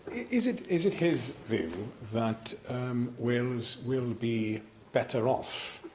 is it is it his view that wales will be better off,